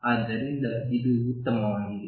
ಆದ್ದರಿಂದ ಇದು ಉತ್ತಮವಾಗಿದೆ